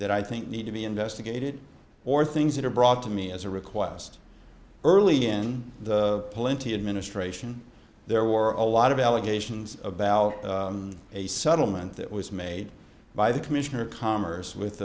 that i think need to be investigated or things that are brought to me as a request early in the plenty administration there were a lot of allegations about a settlement that was made by the commissioner of commerce with